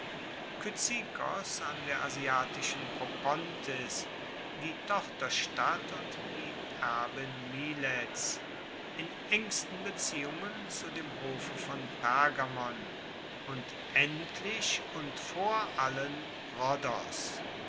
kyzikos an der asiatischen propontis die tochterstadt und die erbin milets in engsten beziehungen zu dem hofe von pergamon und endlich und vor allen rhodos